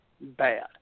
bad